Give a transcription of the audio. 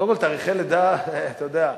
קודם כול, תאריכי לידה, אתה יודע.